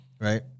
right